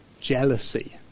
jealousy